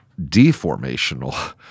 deformational